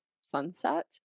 sunset